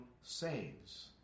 saves